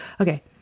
Okay